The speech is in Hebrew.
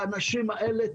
האנשים האלה,